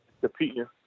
competing